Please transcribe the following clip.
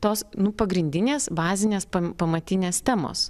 tos nu pagrindinės bazinės pamatinės temos